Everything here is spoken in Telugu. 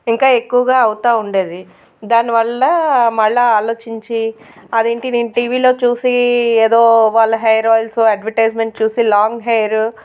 ఇంకా ఎక్కువగా అవుతు ఉండేది దానివల్ల మళ్ళా ఆలోచించి అది ఏంటి నేను టీవీలో చూసి ఏదో వాళ్ళ హెయిర్ ఆయిల్స్ అడ్వర్టైజ్మెంట్స్ చూసి లాంగ్ హెయిర్